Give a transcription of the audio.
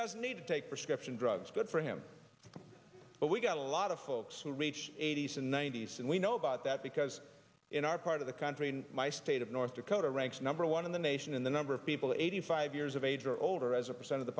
doesn't need to take prescription drugs good for him but we got a lot of folks who reach eighty's and ninety's and we know about that because in our part of the country in my state of north dakota ranks number one in the nation in the number of people eighty five years of age or older as a percent of the